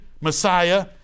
Messiah